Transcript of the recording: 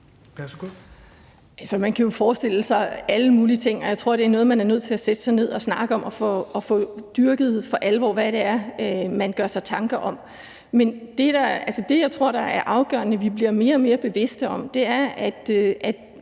man kan jo forestille sig alle mulige ting, og jeg tror, det er noget, man er nødt til at sætte sig ned og snakke om, så man for alvor får dyrket, hvad det er, man gør sig tanker om. Men det, jeg tror er afgørende vi bliver mere og mere bevidste om, er det